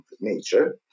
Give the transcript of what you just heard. nature